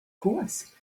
course